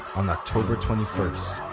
on october twenty first,